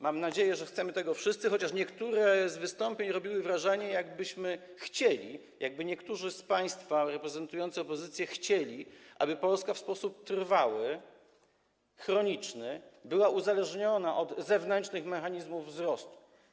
Mam nadzieję, że chcemy tego wszyscy, chociaż niektóre z wystąpień robiły wrażenie, jakbyśmy chcieli, jakby niektórzy z państwa reprezentujących opozycję chcieli, aby Polska w sposób trwały, chroniczny była uzależniona od zewnętrznych mechanizmów wzrostu.